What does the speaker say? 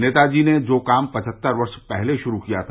नेताजी ने जो काम फ्वहत्तर वर्ष पहले शुरू किया था